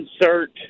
insert